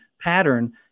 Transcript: pattern